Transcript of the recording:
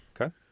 Okay